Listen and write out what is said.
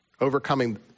overcoming